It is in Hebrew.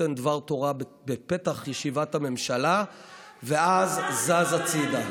שנותן דבר תורה בפתח ישיבת הממשלה ואז זז הצידה.